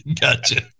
Gotcha